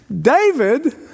David